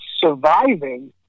surviving